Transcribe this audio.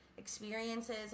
Experiences